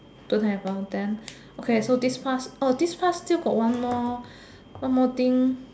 don't have uh then okay then so this pass still got one more one more thing